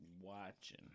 watching